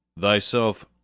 THYSELF